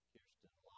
Kirsten